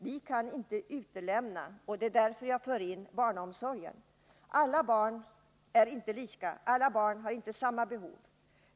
Vi kan inte utelämna vissa saker. Det är därför jag också tar in barnomsorgen. Barn är inte lika. Alla barn har inte samma behov.